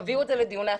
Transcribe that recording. תראו,